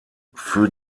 für